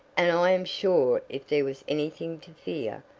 and i am sure if there was anything to fear,